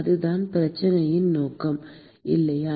அதுதான் பிரச்சனையின் நோக்கம் இல்லையா